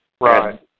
Right